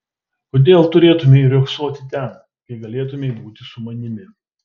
kodėl turėtumei riogsoti ten kai galėtumei būti su manimi